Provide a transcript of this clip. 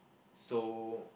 so